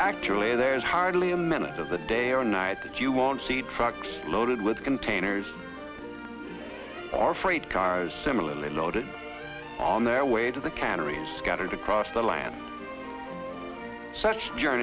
actually there's hardly a minute of the day or night that you won't see trucks loaded with containers or freight cars similarly loaded on their way to the canneries scattered across the land such jour